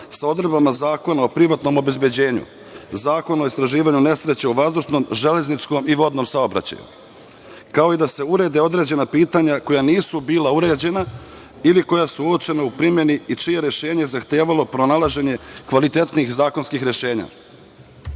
sa odredbama Zakona o privatnom obezbeđenju, Zakona o istraživanju nesreća u vazdušnom, železničkom i vodnom saobraćaju, kao i da se urede određena pitanja koja nisu bila uređena ili koja su uočena u primeni i čije je rešenje zahtevalo pronalaženje kvalitetnih zakonskih rešenja. Ovim